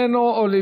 אינו נוכח,